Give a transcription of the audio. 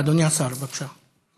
אדוני השר, בבקשה.